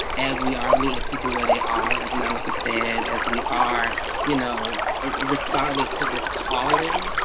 as we are meeting people where they are, like monica said. as we are you know are responding to this calling.